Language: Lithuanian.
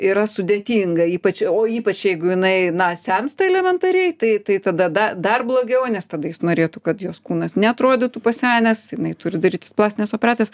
yra sudėtinga ypač o ypač jeigu jinai na sensta elementariai tai tai tada da dar blogiau nes tada jis norėtų kad jos kūnas neatrodytų pasenęs jinai turi darytis plastines operacijas